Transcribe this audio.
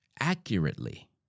accurately